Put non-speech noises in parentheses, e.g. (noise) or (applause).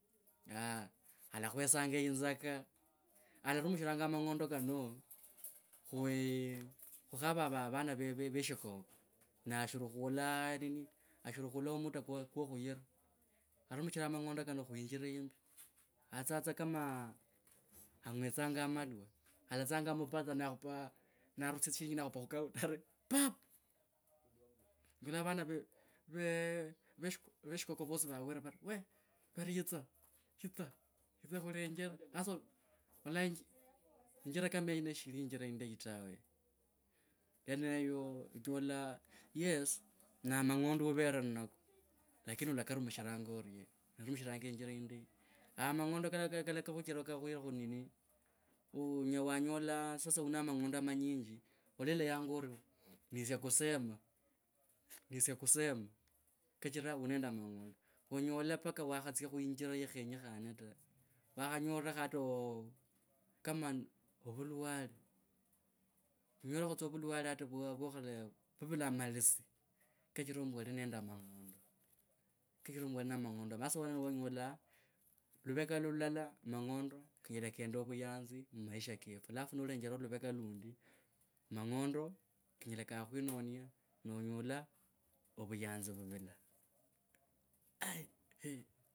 (hesitation) alakhwetsanga inzika, alarumishiranga mang'ondo kano khu ee, khukhava ava, avana ve shikoko na ashiri khula nini. Ashiri khula muta kwa khuyira alarumisharanga mang'ondo kano khunjira yimbi atsatsa kama ang'ewetsonga amalwa. Alatsanga mubar nakhupa narusia tsishirinji nakhupa khu counter ari pap! Nonyela vana va ve veshikoko vosi vavere vari, weeh vaari yitsi, yitsi, yitsi khulenjere hasa olo, ololo injira kama yeneyo sheli injira indayi tawe yeneyo. Yees na mang'ondo uuere nake lakini olakarumishiranga oriena? Olarumishiranga injira indayi? Aa mang'ondo kao (hesitation) onyole wanyola sasa u na mang'ondo manyinji, oleleanga ori nisye kusema nisye kusema kachira u nende a mang'ondo. Onyela wanyola sasa nisye kusema kachira u nende a mang'ondo. Onyele mpaka wakhatsia khu injira ikhenyekhane ta. Wakhanyotrakho ata ooh kama ovulwale. Unyerekho tsa ovulwale hata uwe vuvula amales. Kachira mbu ali nende amang'ondo kachira mang'ondo kanyola kenda vuyanzi mu maisha kefu. Alafu nolenjera luveka lundi mang'ondo kanyola kakhwinenia nonyola ovuyanzi vuvula.